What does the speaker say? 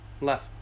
left